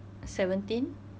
seventeen